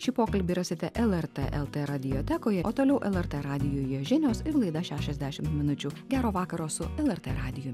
šį pokalbį rasite lrt lt radiotekoje o toliau lrt radijuje žinios ir laida šešiasdešimt minučių gero vakaro su lrt radiju